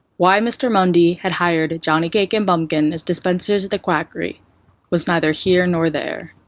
why mr. mundy had hired johnnycake and bumpkin as dispensers at the quackery was neither here nor there.